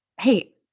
Hey